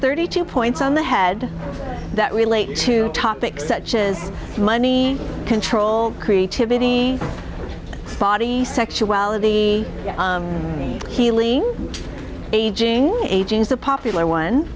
thirty two points on the head that relate to topics such as money control creativity body sexuality healing aging aging is a popular one